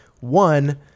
one